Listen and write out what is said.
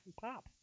pop